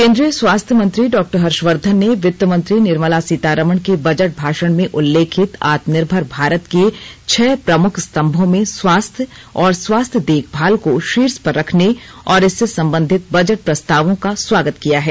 केंद्रीय स्वास्थ्य मंत्री डॉ हर्षवर्धन ने वित्त मंत्री निर्मला सीतारमण के बजट भाषण में उल्लेखित आत्मनिर्भर भारत के छह प्रमुख स्तंभो में स्वास्थ्य और स्वास्थ्य देखभाल को शीर्ष पर रखने और इससे संबंधित बजट प्रस्तावों का स्वागत किया है